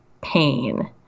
pain